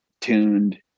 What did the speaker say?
tuned